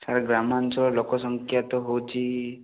sir ଗ୍ରାମାଞ୍ଚଳ ଲୋକ ସଂଖ୍ୟା ତ ହେଉଛି